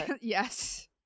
Yes